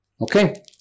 Okay